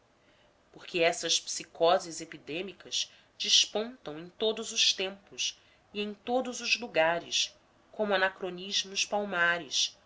porque essas psicoses epidêmicas despontam em todos os tempos e em todos os lugares como anacronismos palmares